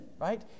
right